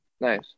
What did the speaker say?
Nice